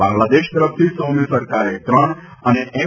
બાંગ્લાદેશ તરફથી સૌમ્ય સરકારે ત્રણ અને એમ